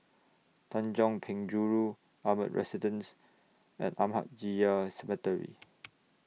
Tanjong Penjuru Ardmore Residence and Ahmadiyya Cemetery